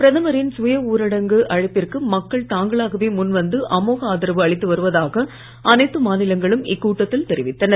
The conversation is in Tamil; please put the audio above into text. பிரதமரின் சுய ஊரடங்கு அழைப்பிற்கு மக்கள் தாங்களாகவே முன் வந்து அமோக ஆதரவு அளித்து வருவதாக அனைத்து மாநிலங்களும் இக்கூட்டத்தில் தெரிவித்தன